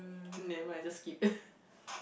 nevermind just skip